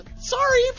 Sorry